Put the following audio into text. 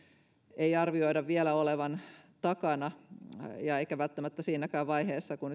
ei arvioida vielä olevan takana eikä se ole välttämättä siinäkään vaiheessa kun